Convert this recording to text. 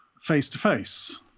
face-to-face